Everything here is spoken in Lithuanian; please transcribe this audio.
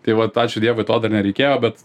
tai vat ačiū dievui to dar nereikėjo bet